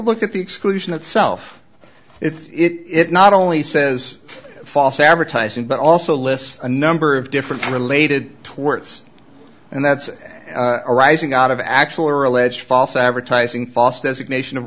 look at the exclusion itself it's not only says false advertising but also lists a number of different related torts and that's arising out of actual or alleged false advertising fos designation of